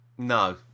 No